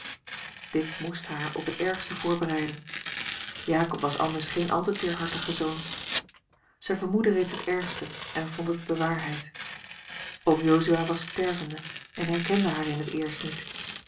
dit moest haar op het ergste voorbereiden jakob was anders geen al te teerhartige zoon zij vermoedde reeds het ergste en vond het bewaarheid oom jozua was stervende en herkende haar in het eerst niet